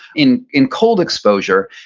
in in cold exposure,